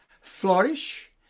flourish